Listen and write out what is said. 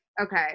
Okay